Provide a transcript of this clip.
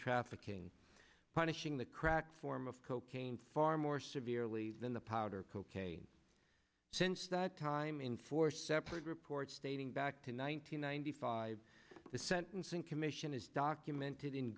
trafficking punishing the crack form of cocaine far more severely than the powder cocaine since that time in four separate reports stating back to nine hundred ninety five the sentencing commission has documented in